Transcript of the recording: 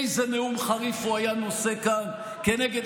איזה נאום חריף הוא היה נושא כאן כנגד